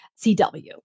CW